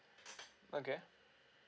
okay